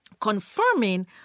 confirming